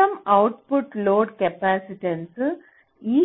మొత్తం output load capacitance ఈ